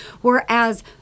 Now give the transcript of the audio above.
whereas